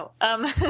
No